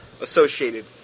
associated